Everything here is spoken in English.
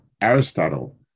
Aristotle